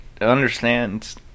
understands